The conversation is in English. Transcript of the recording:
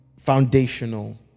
foundational